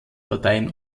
parteien